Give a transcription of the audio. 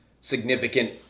significant